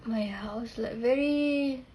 my house like very